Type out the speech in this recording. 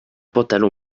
pantalon